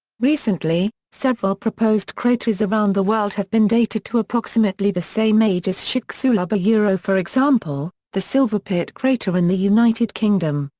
recently, several proposed craters around the world have been dated to approximately the same age as chicxulub yeah for example, the silverpit crater in the united kingdom,